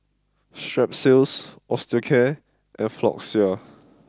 Strepsils Osteocare and Floxia